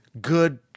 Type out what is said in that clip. good